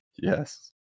Yes